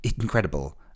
incredible